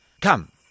Come